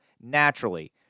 Naturally